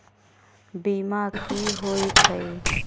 बीमा कि होई छई?